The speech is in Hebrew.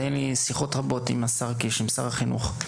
היו לי שיחות רבות עם שר החינוך קיש,